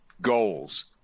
goals